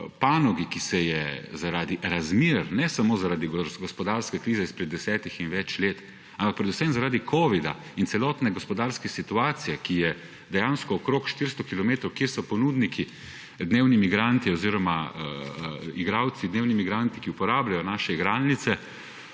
panogi, ki se je zaradi razmer, ne samo zaradi gospodarske krize izpred 10 in več let, ampak predvsem zaradi covida in celotne gospodarske situacije, ki je dejansko okrog 400 kilometrov, kjer so ponudniki dnevni migranti oziroma igralci, dnevni migranti, ki uporabljajo naše igralnice,